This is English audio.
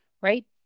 right